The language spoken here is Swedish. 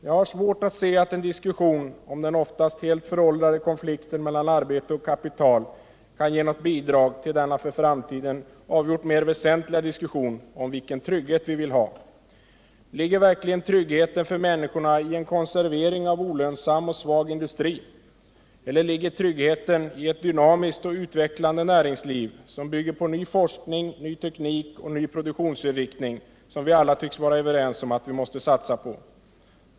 Jag har svårt att inse att en diskussion om den oftast helt föråldrade konflikten mellan arbete och kapital skulle kunna ge något bidrag till den för framtiden avgjort mer väsentliga diskussionen om vilken trygghet vi vill ha. Ligger verkligen tryggheten för människorna i en konservering av en olönsam och svag industri? Eller ligger tryggheten i ett dynamiskt och utvecklande näringsliv som bygger på ny forskning, ny teknik och ny produktionsinriktning, som vi alla tycks vara överens om att vi måste satsa på?